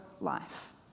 life